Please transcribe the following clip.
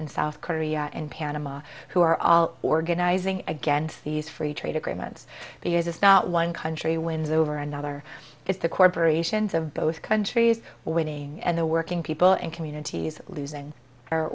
and south korea and panama who are all organizing against these free trade agreements because it's not one country wins over another it's the corporations of both countries winning and the working people and communities losing are